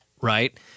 right